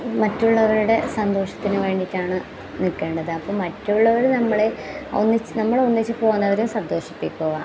മറ്റുള്ളവരുടെ സന്തോഷത്തിന് വേണ്ടിയിട്ടാണ് നിൽക്കേണ്ടത് അപ്പം മറ്റുള്ളവർ നമ്മളെ ഒന്നിച്ച് നമ്മളെ ഒന്നിച്ച് പോകുന്നവരെ സന്തോഷിപ്പിക്കുക